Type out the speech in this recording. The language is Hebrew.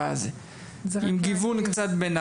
עם גיוון קצת.